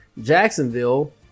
Jacksonville